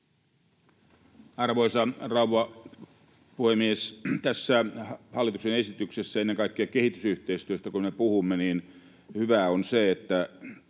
Arvoisa rouva puhemies! Tässä hallituksen esityksessä ennen kaikkea kehitysyhteistyöstä, kun me puhumme, hyvää on se, että